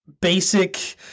basic